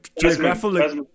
geographical